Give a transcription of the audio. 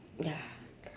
ya